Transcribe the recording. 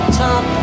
top